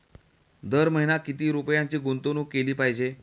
दर महिना किती रुपयांची गुंतवणूक केली पाहिजे?